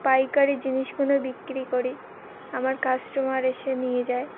পাইকারি জিনিসগুলো বিক্রি করি আমার কাস্টমার এসে নিয়ে যায়